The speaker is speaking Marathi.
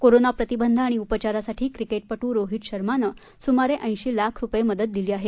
कोरोना प्रतिबंध आणि उपचारासाठी क्रिकेटपटू रोहितशर्मानं सुमारे ऐशी लाख रुपये मदत दिली आहे